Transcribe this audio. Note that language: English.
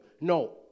No